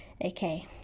okay